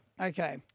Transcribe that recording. Okay